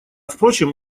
впрочем